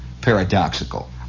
paradoxical